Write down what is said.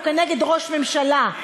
או כנגד ראש ממשלה,